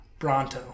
Bronto